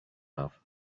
have